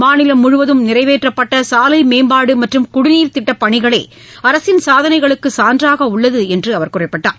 மாநிலம் முழுவதும் நிறைவேற்றப்பட்ட சாலை மேம்பாடு மற்றும் குடிநீர் திட்டப் பணிகளே அரசின் சாதனைகளுக்கு சான்றாக உள்ளது என்று அவர் குறிப்பிட்டார்